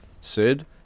Sid